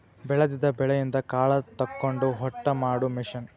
ಬೆಳದಿದ ಬೆಳಿಯಿಂದ ಕಾಳ ತಕ್ಕೊಂಡ ಹೊಟ್ಟ ಮಾಡು ಮಿಷನ್